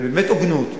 ובאמת הוגנות.